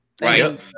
Right